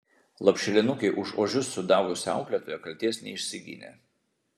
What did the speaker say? lopšelinukei už ožius sudavusi auklėtoja kaltės neišsigynė